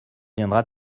viendra